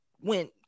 went